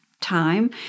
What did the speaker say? time